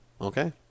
Okay